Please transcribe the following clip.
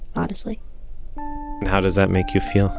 honestly and how does that make you feel